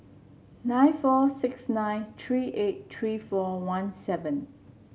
nine four six nine three eight three four one seven